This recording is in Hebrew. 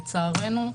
לצערנו,